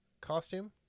costume